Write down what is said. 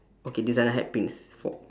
okay designer hat pins for